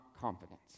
confidence